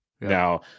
Now